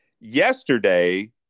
Yesterday